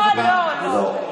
לא, לא, לא.